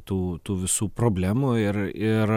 tų tų visų problemų ir ir